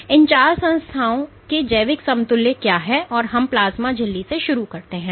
तो इन चार संस्थाओं के जैविक समतुल्य क्या हैं जो हम प्लाज्मा झिल्ली से शुरू करते हैं